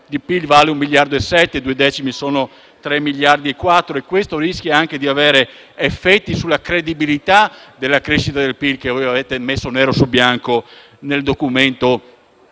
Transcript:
di PIL vale 1,7 miliardi e due decimi sono 3,4 miliardi, che rischiano di avere effetti anche sulla credibilità della crescita del PIL che voi avete messo nero su bianco nel documento